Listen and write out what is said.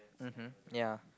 mmhmm yeah